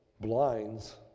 blinds